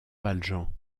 valjean